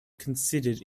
considered